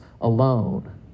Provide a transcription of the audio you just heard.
alone